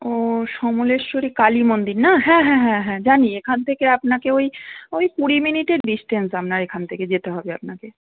ও সমোলেশ্বরি কালী মন্দির না হ্যাঁ হ্যাঁ হ্যাঁ হ্যাঁ জানি এখান থেকে আপনাকে ওই ওই কুড়ি মিনিটের ডিসটেন্স আমনার এখান থেকে যেতে হবে আপনাকে